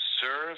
Serve